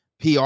PR